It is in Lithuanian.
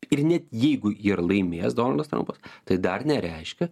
ir net jeigu jį ir laimės donaldas trampas tai dar nereiškia